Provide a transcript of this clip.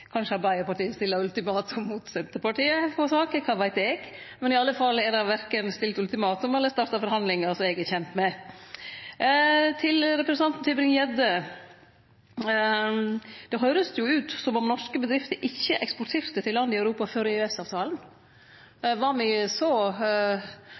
kanskje Arbeidarpartiet stille ultimatum mot Senterpartiet på sak – kva veit eg? Men iallfall er det verken stilt ultimatum eller starta forhandlingar, som eg er kjend med. Til representanten Tybring-Gjedde: Det høyrest jo ut som om norske bedrifter ikkje eksporterte til land i Europa før